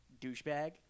douchebag